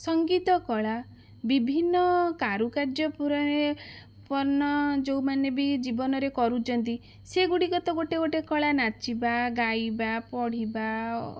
ସଙ୍ଗୀତ କଳା ବିଭିନ୍ନ କାରୁକାର୍ଯ୍ୟ ପୁରାଣରେ ପନ ଯେଉଁମାନେ ବି ଜୀବନରେ କରୁଛନ୍ତି ସେଇଗୁଡ଼ିକର ତ ଗୋଟେ ଗୋଟେ କଳା ନାଚିବା ଗାଇବା ପଢ଼ିବା ଅ